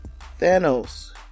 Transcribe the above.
Thanos